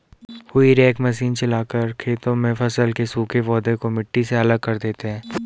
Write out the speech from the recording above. हेई rake machine चलाकर खेतों में फसल के सूखे पौधे को मिट्टी से अलग कर देते हैं